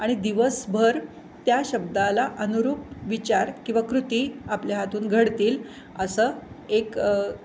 आणि दिवसभर त्या शब्दाला अनुरूप विचार किंवा कृती आपल्या हातून घडतील असं एक